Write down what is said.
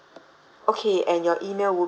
okay and your email would be